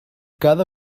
cada